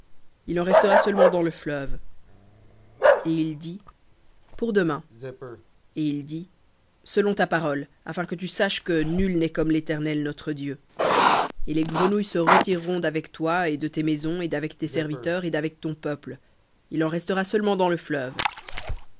il en restera seulement dans le fleuve et il dit pour demain et il dit selon ta parole afin que tu saches que nul n'est comme l'éternel notre dieu et les grenouilles se retireront d'avec toi et de tes maisons et d'avec tes serviteurs et d'avec ton peuple il en restera seulement dans le fleuve